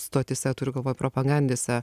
stotyse turiu galvoj propagandėse